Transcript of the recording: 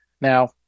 Now